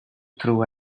through